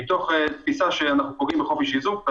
מתוך תפיסה שאנחנו פוגעים בחופש איסוף.